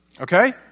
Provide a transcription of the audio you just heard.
Okay